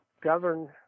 govern